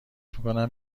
میکنم